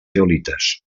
zeolites